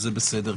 וזה בסדר,